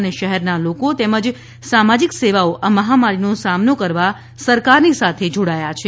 અને શહેરના લોકો તેમજ સામાજીક સેવાઓ આ મહામારીનો સામનો કરવા સરકારની સાથે જોડાયા છે